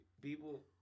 People